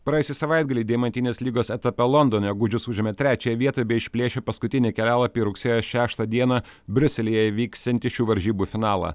praėjusį savaitgalį deimantinės lygos etape londone gudžius užėmė trečiąją vietą bei išplėšė paskutinį kelialapį į rugsėjo šeštą dieną briuselyje vyksiantį šių varžybų finalą